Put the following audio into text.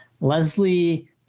Leslie